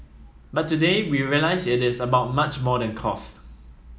but today we realise it is about much more than cost